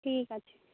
ঠিক আছে